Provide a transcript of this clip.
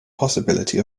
possibility